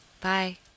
Bye